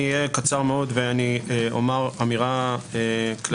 אני אהיה קצר מאוד.